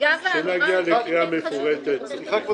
כשנגיע לקריאה מפורטת --- סליחה,